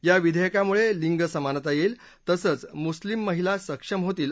या विधेयकामुळे लिंग समानता येईल तसंच मुस्लीम महिला सक्षम होतील